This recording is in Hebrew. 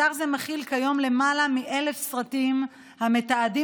אתר זה מכיל כיום למעלה מ-1,000 סרטים המתעדים